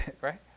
Right